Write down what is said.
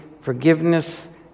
forgiveness